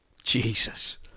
Jesus